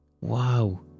Wow